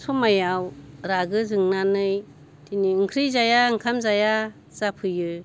समायाव रागो जोंनानै ओंख्रिजाया ओंखाम जाया जाफैयो